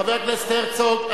חבר הכנסת הרצוג,